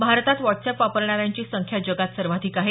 भारतात व्हॉट्सअॅप वापरणाऱ्यांची संख्या जगात सर्वाधिक आहे